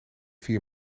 vier